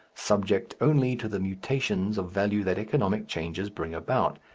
subject only to the mutations of value that economic changes bring about.